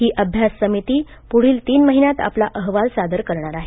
ही अभ्यास समिती पुढील तीन महिन्यात आपला अहवाल सादर करणार आहे